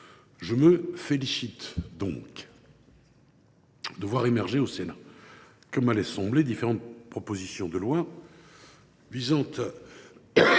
Je me félicite donc de voir émerger au Sénat, comme à l’Assemblée nationale, différentes propositions de loi visant